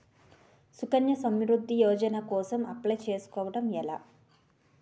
సుకన్య సమృద్ధి యోజన కోసం అప్లయ్ చేసుకోవడం ఎలా?